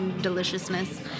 deliciousness